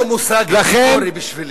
ה"נכבה" זה לא מושג היסטורי בשבילי.